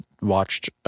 watched